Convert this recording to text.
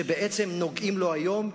שהם נוגעים לו היום,